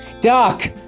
Doc